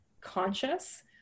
conscious